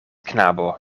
knabo